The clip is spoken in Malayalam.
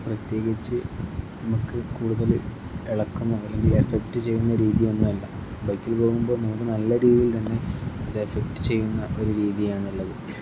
പ്രത്യേകിച്ച് നമുക്ക് കൂടുതൾ ഇളക്കുന്നു അല്ലെങ്കിൽ എഫെക്ട്റ്റ് ചെയ്യുന്ന രീതിയൊന്നും അല്ല ബൈക്കിൽ പോകുമ്പോൾ നമുക്ക് നല്ല രീതിയിൽ തന്നെ അത് എഫക്ട് ചെയ്യുന്ന ഒരു രീതിയാണ് ഉള്ളത്